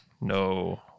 No